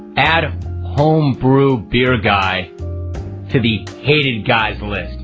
add homebrew beer guy to the hated guys list.